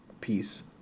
Peace